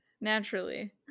Naturally